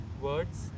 words